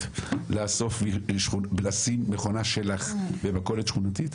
לאסוף ולשים מכונה שלך במכולת שכונתית?